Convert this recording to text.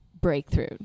breakthrough